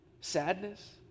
sadness